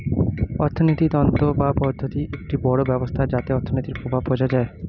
অর্থিনীতি তন্ত্র বা পদ্ধতি একটি বড় ব্যবস্থা যাতে অর্থনীতির প্রভাব বোঝা যায়